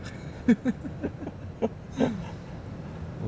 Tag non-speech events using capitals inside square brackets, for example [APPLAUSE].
[LAUGHS]